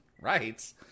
Right